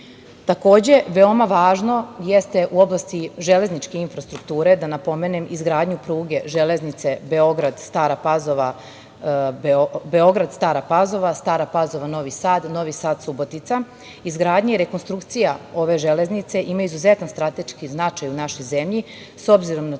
veoma važno jeste u oblasti železničke infrastrukture da napomenem izgradnju pruge železnice Beograd-Stara Pazova, Stara Pazova-Novi Sad, Novi Sad-Subotica. Izgradnja i rekonstrukcija ove železnice ima izuzetan strateški značaj u našoj zemlji s obzirom na to